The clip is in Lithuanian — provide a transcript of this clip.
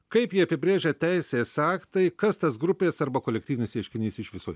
kaip jį apibrėžia teisės aktai kas tas grupės arba kolektyvinis ieškinys iš viso